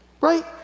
right